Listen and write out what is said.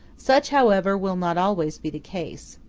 such, however, will not always be the case.